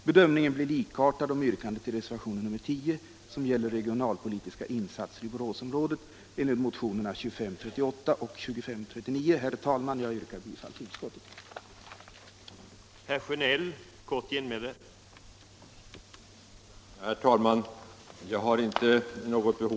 Bedömningen blir likartad av yrkandet i reservationen 10, som gäller regionalpolitiska insatser i Boråsområdet i enlighet med motionerna 2538 och 2539. Herr talman! Jag yrkar bifall till utskottets hemställan.